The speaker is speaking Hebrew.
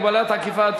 הגבלת עקיפה),